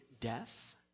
Death